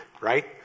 right